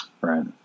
right